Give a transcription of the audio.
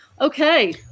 Okay